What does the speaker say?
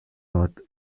north